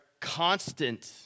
constant